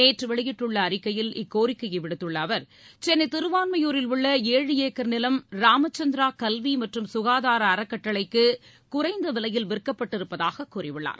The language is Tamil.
நேற்று வெளியிட்டுள்ள அறிக்கையில் இக்கோரிக்கையை விடுத்துள்ள அவர் சென்னை திருவான்மியூரில் உள்ள ஏழு ஏக்கர் நிலம் ராமச்சந்திரா கல்வி மற்றும் சுகாதார அறக்கட்டளைக்கு குறைந்த விலையில் விற்கப்பட்டிருப்பதாக கூறியுள்ளார்